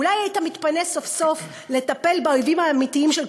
אולי היית מתפנה סוף-סוף לטפל באויבים האמיתיים של כולנו,